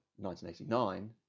1989